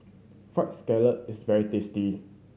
Fried Scallop is very tasty